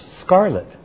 scarlet